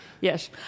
Yes